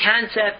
concept